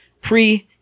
pre-